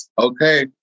Okay